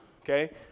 okay